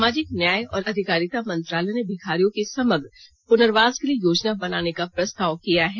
सामाजिक न्याय और अधिकारिता मंत्रालय ने भिखारियों के समग्र पुनर्वास के लिए योजना बनाने का प्रस्ताव किया है